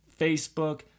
Facebook